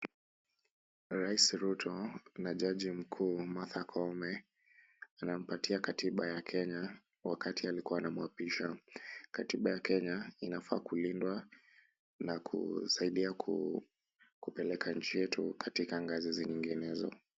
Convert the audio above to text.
Rais Ruto na jaji mkuu Martha Koome anampatia katiba ya Kenya wakati alikua anamuapisha. Katiba ya Kenya inafaa kulindwa na kusaidia kupeleka nchi yetu katika ngazi zinginezo.